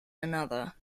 another